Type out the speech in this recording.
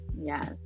Yes